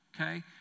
okay